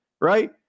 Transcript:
right